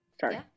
Sorry